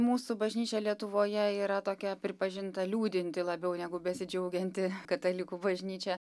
mūsų bažnyčia lietuvoje yra tokia pripažinta liūdinti labiau negu besidžiaugianti katalikų bažnyčia